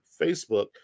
Facebook